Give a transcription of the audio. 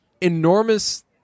enormous